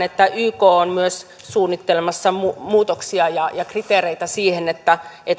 että yk on myös suunnittelemassa muutoksia ja ja kriteereitä siihen